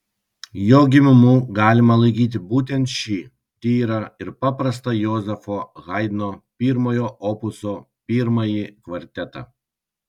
jo gimimu galima laikyti būtent šį tyrą ir paprastą jozefo haidno pirmojo opuso pirmąjį kvartetą